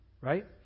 right